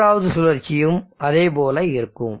மூன்றாவது சுழற்சியும் அதே போல இருக்கும்